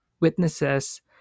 witnesses